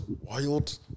wild